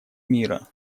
мира